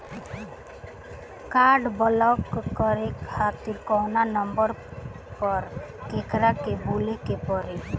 Card block करे खातिर कवना नंबर पर केकरा के बोले के परी?